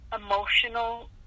emotional